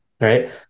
right